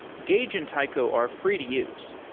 gauge and taiko are free to use.